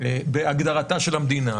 בהגדרתה של המדינה,